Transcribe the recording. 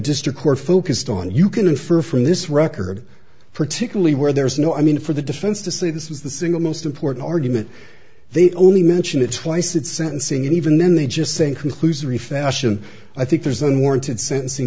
district court focused on you can infer from this record particularly where there is no i mean for the defense to say this is the single most important argument they only mention it twice at sentencing and even then they just saying conclusory fashion i think there's unwarranted sentencing